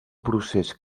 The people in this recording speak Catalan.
procés